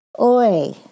oi